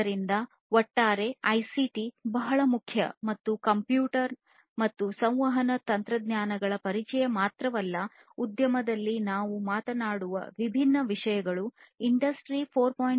ಆದ್ದರಿಂದ ಒಟ್ಟಾರೆ ಐಸಿಟಿ ಬಹಳ ಮುಖ್ಯ ಮತ್ತು ಕಂಪ್ಯೂಟರ್ ಗಳ ಸಂವಹನ ತಂತ್ರಜ್ಞಾನಗಳ ಪರಿಚಯ ಮಾತ್ರವಲ್ಲ ಉದ್ಯಮದಲ್ಲಿ ನಾವು ಮಾತನಾಡುವ ವಿಭಿನ್ನ ವಿಷಯಗಳು ಇಂಡಸ್ಟ್ರಿ 4